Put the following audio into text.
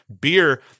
beer